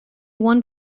one